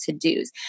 to-dos